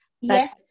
Yes